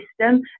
system